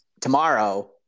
tomorrow